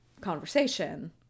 conversation